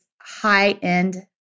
high-end